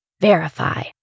Verify